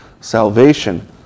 salvation